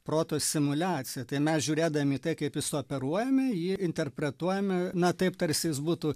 proto simuliacija tai mes žiūrėdami į tai kaip jį suoperuojame jį interpretuojame na taip tarsi jis būtų